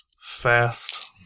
Fast